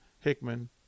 hickman